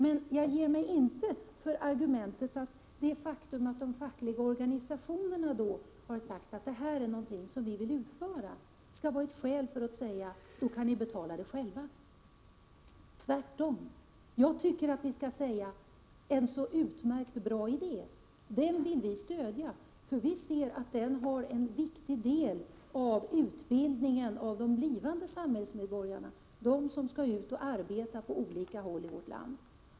Men jag ger mig inte för argumentet att det faktum att de fackliga organisationerna har sagt att detta är ett arbete de vill utföra är ett skäl för att hävda att organisationerna själva skall betala verksamheten. Tvärtom — jag tycker att vi skall säga: Det här är en så utmärkt och bra idé — den vill vi stödja. Vi anser att den utgör en viktig del av utbildningen av de blivande samhällsmedborgarna, som efter skolan skall ut och arbeta på olika hålli vårt land.